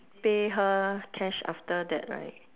pay her cash after that right